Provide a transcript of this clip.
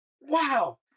wow